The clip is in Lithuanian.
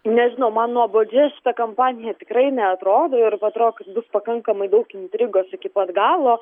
nežinau man nuobodi šita kampanija tikrai neatrodo ir atrodo kad bus pakankamai daug intrigos iki pat galo